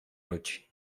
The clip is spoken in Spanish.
noche